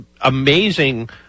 amazing